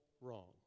wrong